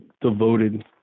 devoted